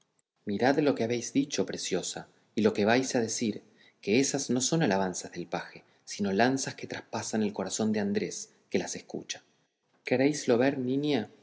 mirad lo que habéis dicho preciosa y lo que vais a decir que ésas no son alabanzas del paje sino lanzas que traspasan el corazón de andrés que las escucha queréislo ver niña